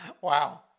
wow